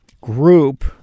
group